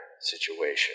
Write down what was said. situation